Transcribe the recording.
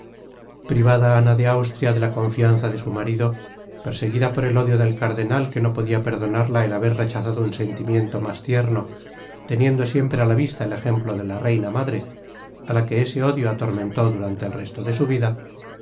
privada ana de austria de la confianza de su marido perseguida por el odio del cardenal que no podia perdonarla el haber rechazado un sentimiento mas tierno teniendo siempre á la vista el ejemplo de la reina madre á la que ese odio atormentó durante el resto de su vida